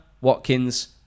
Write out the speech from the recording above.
Watkins